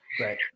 Right